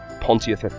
Pontius